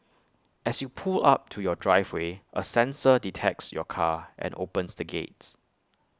as you pull up to your driveway A sensor detects your car and opens the gates